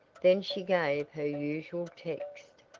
then she gave her usual text,